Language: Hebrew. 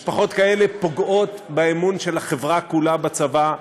משפחות כאלה פוגעות באמון של החברה כולה בצבא,